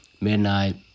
midnight